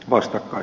puhemies